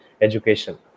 education